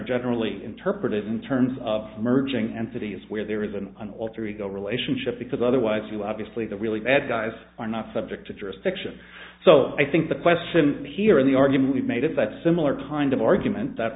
generally interpreted in terms of merging and cities where there is an alter ego relationship because otherwise you obviously the really bad guys are not subject to jurisdiction so i think the question here in the argument made it that similar kind of argument that